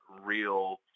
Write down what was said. real